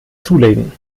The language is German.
zulegen